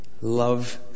love